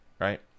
right